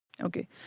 Okay